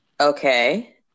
Okay